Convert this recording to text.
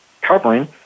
covering